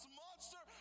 monster